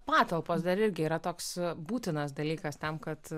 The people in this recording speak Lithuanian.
patalpos dar irgi yra toks būtinas dalykas tam kad